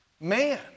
Man